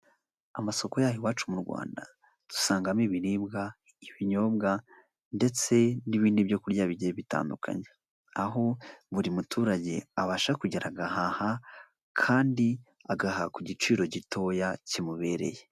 Amasoko yaha iwacu mu Rwanda dusangamo ibiribwa, ibinyobwa, ndetse n'ibindi byo kurya bigiye bitandukanye, aho buri muturage abasha kugera agahaha kandi agahaha ku igiciro gitoya kimubereye.